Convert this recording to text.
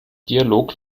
dialog